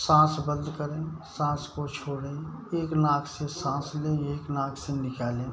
साँस बंद करें साँस को छोड़ें एक नाक से साँस लें एक नाक से निकालें